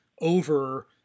over